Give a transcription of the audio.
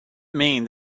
mean